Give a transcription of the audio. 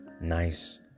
nice